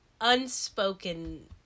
unspoken